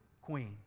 queen